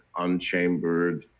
unchambered